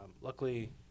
Luckily